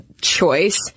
choice